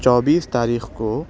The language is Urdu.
چوبیس تاریخ کو